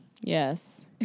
Yes